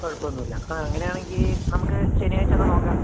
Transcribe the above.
കുഴപ്പമൊന്നുമില്ല ആ അങ്ങനെയാണെങ്കില് നമുക്ക് ശനിയാഴ്ച തന്നെ നോക്കാം